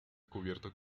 cubierto